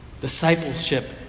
Discipleship